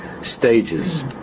Stages